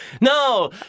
no